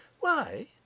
Why